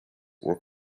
were